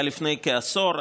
היה לפני כעשור,